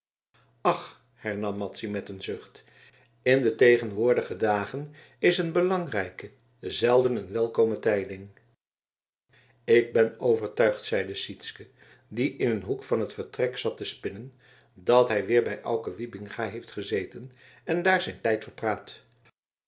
ach hernam madzy met een zucht in de tegenwoordige dagen is een belangrijke zelden een welkome tijding ik ben overtuigd zeide sytsken die in een hoek van het vertrek zat te spinnen dat hij weer bij auke wybinga heeft gezeten en daar zijn tijd verpraat